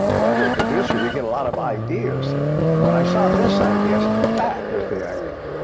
ah broadway producer, you get a lot of ideas there. and when i saw this idea, i said that was the idea!